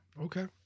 Okay